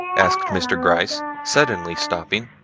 asked mr. gryce suddenly stopping,